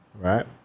right